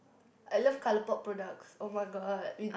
I love ColourPop products [oh]-my-god we